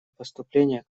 поступления